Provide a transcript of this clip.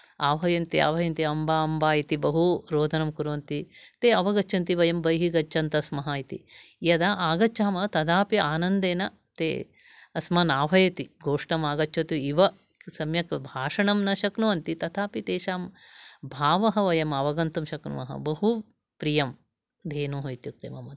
आह्वयन्ति आह्वयन्ति अम्बा अम्बा इति बहु रोदनं कुर्वन्ति ते अवगच्छन्ति वयं वहिः गच्छन्तः स्म इति यदा आगच्छामः तदापि आनन्देन ते अस्मान् आह्वयन्ति गोष्ठम् आगच्छतु इव सम्यक् भाषणं न शक्नुवन्ति तथापि तेषां भावः वयम् अवगन्तुं शक्नुमः बहुप्रियं धेनुः इत्युक्ते मम तु